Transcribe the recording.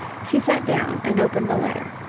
she sat down and opened the letter.